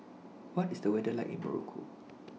What IS The weather like in Morocco